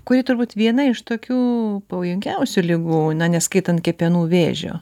kuri turbūt viena iš tokių pavojingiausių ligų na neskaitant kepenų vėžio